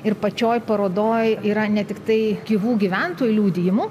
ir pačioj parodoj yra ne tiktai gyvų gyventojų liudijimų